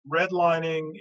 redlining